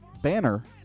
banner